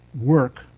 Work